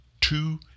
two